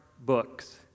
books